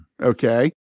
Okay